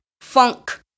funk